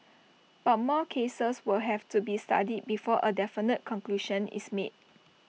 but more cases will have to be studied before A definite conclusion is made